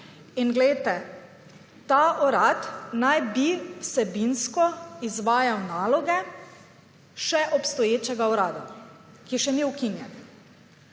In, glejte, ta urad naj bi vsebinsko izvajal naloge še obstoječega urada, ki še ni ukinjen.